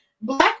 black